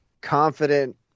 confident